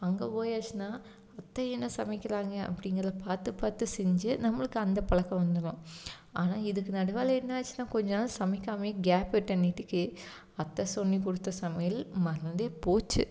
அங்கே போயாச்சுன்னா அத்தை என்ன சமைக்கிறாங்க அப்படிங்கிறது பார்த்து பார்த்து செஞ்சு நம்மளுக்கு அந்த பழக்கம் வந்துடும் ஆனால் இதுக்கு நடுவில் என்ன ஆய்ச்சுன்னா கொஞ்சம் நாள் சமைக்காமல் கேப் விட்டுன்னிக்கு அத்தை சொல்லிக் கொடுத்த சமையல் மறந்து போய்ச்சு